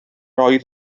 oedd